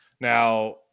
Now